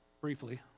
briefly